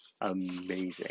amazing